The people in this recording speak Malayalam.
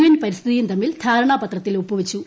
എൻ പരിസ്ഥിതിയും തമ്മിൽ ധാരണാപത്രത്തിൽ ഒപ്പിവച്ചു